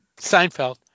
Seinfeld